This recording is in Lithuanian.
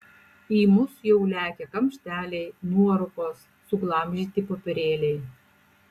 į mus jau lekia kamšteliai nuorūkos suglamžyti popierėliai